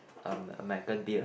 um American beer